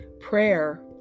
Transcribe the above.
prayer